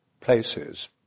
places